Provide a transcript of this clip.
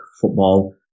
football